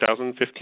2015